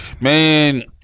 man